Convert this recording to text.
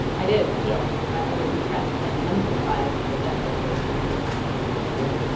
i did yeah i was impressed and unsurprised that that culture existed yeah.